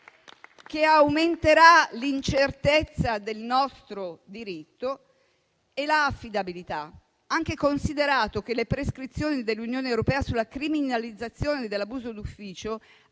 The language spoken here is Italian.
che aumenterà l'incertezza del nostro diritto e la sua affidabilità, anche considerato che le prescrizioni dell'Unione europea sulla criminalizzazione dell'abuso d'ufficio